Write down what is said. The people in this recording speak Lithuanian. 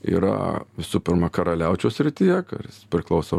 yra visų pirma karaliaučiaus srityje kuris priklauso